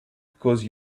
because